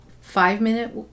five-minute